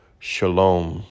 Shalom